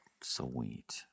Sweet